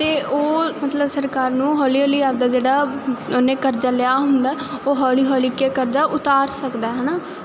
ਤੇ ਉਹ ਮਤਲਬ ਸਰਕਾਰ ਨੂੰ ਹੌਲੀ ਹੌਲੀ ਆਪਦਾ ਜਿਹੜਾ ਉਹਨੇ ਕਰਜਾ ਲਿਆ ਹੁੰਦਾ ਉਹ ਹੌਲੀ ਹੌਲੀ ਕਿਆ ਕਰਦਾ ਉਤਾਰ ਸਕਦਾ ਹਨਾ